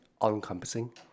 all-encompassing